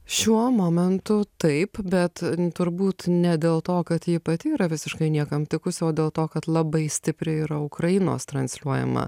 šiuo momentu taip bet turbūt ne dėl to kad ji pati yra visiškai niekam tikusi o dėl to kad labai stipriai yra ukrainos transliuojama